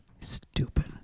Stupid